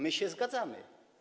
My się zgadzamy.